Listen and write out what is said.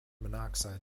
monoxide